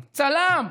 צלם,